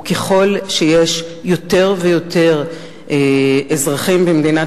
וככל שיש יותר ויותר אזרחים במדינת